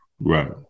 Right